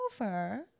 over